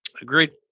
Agreed